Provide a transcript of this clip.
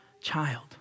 child